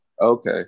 okay